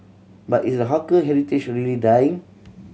but is the hawker heritage really dying